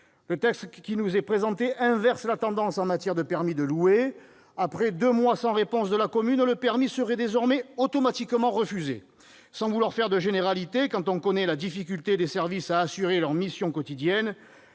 Le texte qui nous est présenté vise à inverser la tendance en matière de permis de louer : après deux mois sans réponse de la commune, le permis serait désormais automatiquement refusé. Soit dit sans vouloir faire de généralités, quand on connaît la difficulté des services à assurer leurs missions quotidiennes,